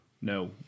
No